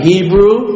Hebrew